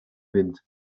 wind